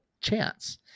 chance